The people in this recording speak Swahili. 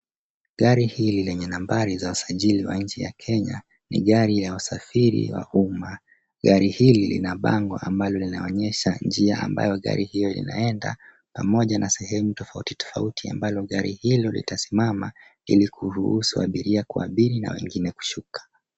Gari hili lenye nambari za usajili wa nchi ya Kenya, ni gari ya wasafiri wa umma. Gari hili lina bango ambalo linaonyesha njia ambayo gari hiyo inaenda, pamoja na sehemu tofauti tofauti ambalo gari hilo litasimama, ili kuruhusu abiria kuabiri na wengine kushuka.